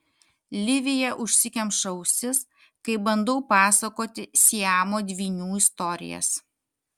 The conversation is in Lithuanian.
livija užsikemša ausis kai bandau pasakoti siamo dvynių istorijas